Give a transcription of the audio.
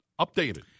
updated